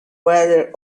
weather